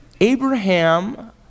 Abraham